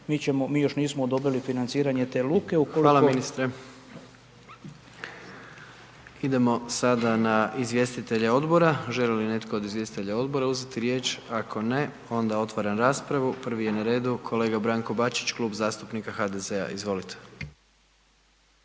ministre/… **Jandroković, Gordan (HDZ)** Idemo sada na izvjestitelje Odbora. Želi li netko od izvjestitelja Odbora uzeti riječ? Ako ne, onda otvaram raspravu, prvi je na redu kolega Branko Bačić, Klub zastupnika HDZ-a, izvolite.